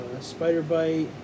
Spider-Bite